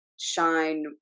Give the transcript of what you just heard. shine